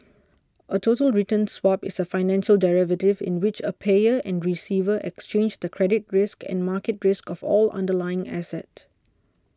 a total return swap is a financial derivative in which a payer and receiver exchange the credit risk and market risk of an underlying asset